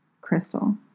Crystal